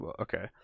Okay